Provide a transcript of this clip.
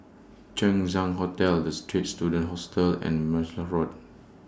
Chang Ziang Hotel The Straits Students Hostel and Martlesham Road